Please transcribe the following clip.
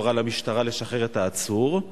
שהורה למשטרה לשחרר את העצור?